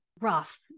rough